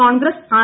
Congress R